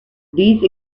these